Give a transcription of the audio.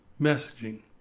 messaging